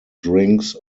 drinks